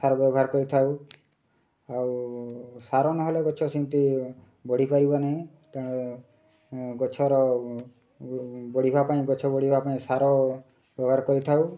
ସାର ବ୍ୟବହାର କରିଥାଉ ଆଉ ସାର ନହେଲେ ଗଛ ସେମିତି ବଢ଼ିପାରିବ ନାହିଁ ତେଣୁ ଗଛର ବଢ଼ିବା ପାଇଁ ଗଛ ବଢ଼ିବା ପାଇଁ ସାର ବ୍ୟବହାର କରିଥାଉ